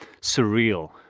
surreal